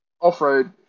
off-road